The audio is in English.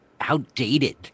outdated